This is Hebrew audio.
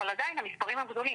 אבל עדיין המספרים הם גדולים.